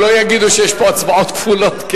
שלא יגידו שיש פה הצבעות כפולות.